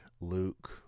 Luke